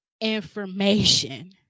information